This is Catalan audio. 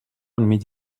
enmig